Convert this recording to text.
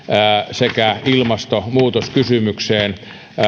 sekä ilmastonmuutoskysymykseen